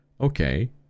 okay